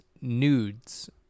nudes